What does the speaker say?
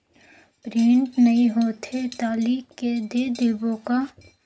Print नइ होथे ता लिख के दे देबे का?